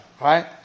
Right